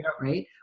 right